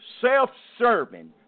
self-serving